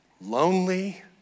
lonely